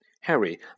Harry